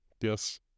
Yes